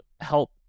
help